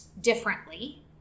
differently